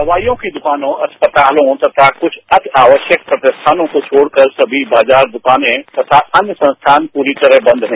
दवाइयों की दुकानों अस्पतालों तथा कुछ अति आवश्यक प्रतिष्ठानों को छोड़कर सभी बाजार दुकानें तथा अन्य संख्यान पूरी तरह बंद है